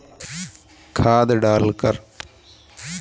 मैं अपने कमल के फूल को तेजी से कैसे बढाऊं?